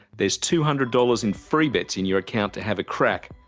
there's two hundred dollars in free bets in your account to have a crack.